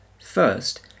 First